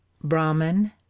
BRAHMAN